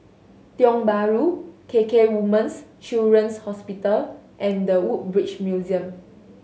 Tiong Bahru K K Women's Children's Hospital and The Woodbridge Museum